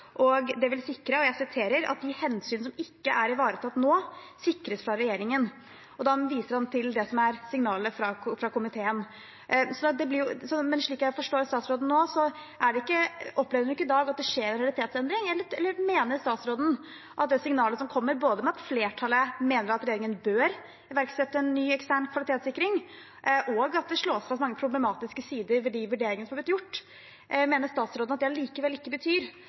og det vil sikre at «de hensyn som ikke er ivaretatt nå sikres fra regjeringen». Da viser han til det som er signalet fra komiteen. Men slik jeg forstår statsråden nå, opplever hun ikke i dag at det skjer en realitetsendring. Eller mener statsråden at det signalet som kommer – både med at flertallet mener at regjeringen bør iverksette en ny, ekstern kvalitetssikring, og at det slås fast mange problematiske sider ved de vurderingene som er blitt gjort – likevel ikke betyr at hun nå kan foregripe og si at dersom hun får saken på sitt bord og det ikke